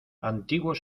antiguos